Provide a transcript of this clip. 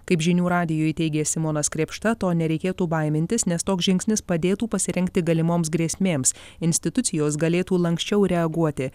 kaip žinių radijui teigė simonas krėpšta to nereikėtų baimintis nes toks žingsnis padėtų pasirengti galimoms grėsmėms institucijos galėtų lanksčiau reaguoti